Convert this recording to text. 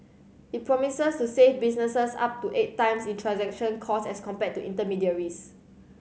it promises to save businesses up to eight times in transaction costs as compared to intermediaries